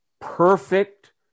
perfect